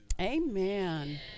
Amen